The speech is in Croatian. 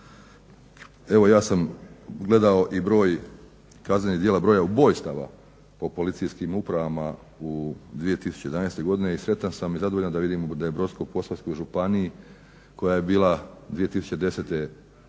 evo ja sam gledao i broj kaznenih djela broja ubojstava po policijskim upravama u 2011.godini i sretan sam i zadovoljan da vidim da je u Brodsko-posavskoj županiji koja je bila 2010. da ne